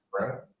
Right